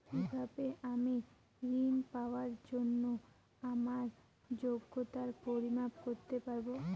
কিভাবে আমি ঋন পাওয়ার জন্য আমার যোগ্যতার পরিমাপ করতে পারব?